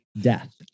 death